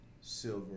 silver